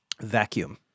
Vacuum